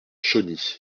chauny